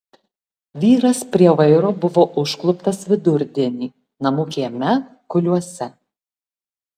vyras prie vairo buvo užkluptas vidurdienį namų kieme kuliuose